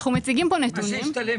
כאן נתונים